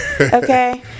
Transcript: Okay